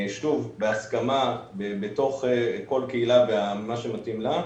שוב, בהסכמה, כל קהילה ומה שמתאים לה.